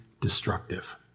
destructive